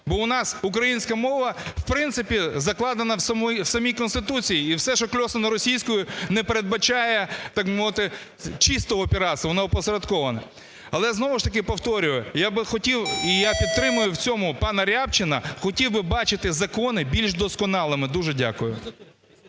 бо в нас українська мова, в принципі, закладена в самій Конституції, і все, що "кльосано" російською, не передбачає, так би мовити, чистого піратства, воно опосередковане. Але, знову ж таки, повторюю, я би хотів, і я підтримую в цьому пана Рябчина, хотів би бачити закони більш досконалими. Дуже дякую.